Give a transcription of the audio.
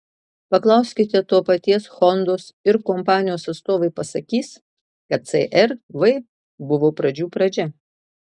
paklauskite to paties hondos ir kompanijos atstovai pasakys kad cr v buvo pradžių pradžia